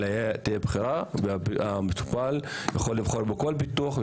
אלא תהיה בחירה והמטופל יוכל לבחור בכל ביטוח.